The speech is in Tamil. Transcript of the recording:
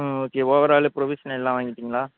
ம் ஓகே ஓவர்ஆலு புரொவிஷ்னல்லாம் வாங்கிட்டிங்களா